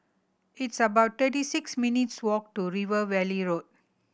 it's about thirty six minutes' walk to River Valley Road